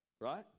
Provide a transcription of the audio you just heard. right